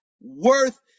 worth